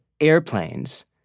airplanes